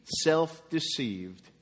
self-deceived